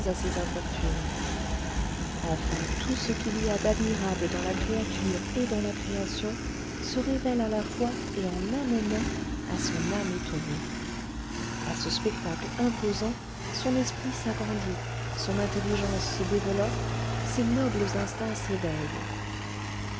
à ses infortunes enfin tout ce qu'il y a d'admirable dans la créature et dans la création se révèle à la fois et en un moment à son âme étonnée à ce spectacle imposant son esprit s'agrandit son intelligence se développe ses nobles instincts s'éveillent